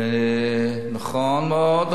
נכון מאוד,